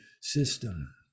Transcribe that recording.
system